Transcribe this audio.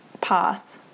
pass